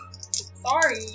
Sorry